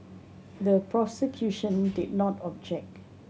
the prosecution did not object